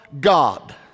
God